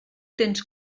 tens